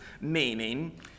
meaning